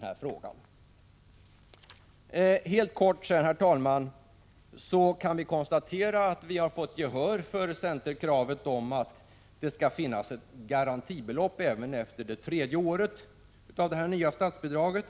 Vi kan, herr talman, helt kort konstatera att vi har fått gehör för centerkravet att det skall finnas ett garantibelopp även efter tredje året av det nya statsbidraget.